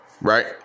Right